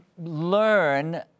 learn